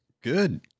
Good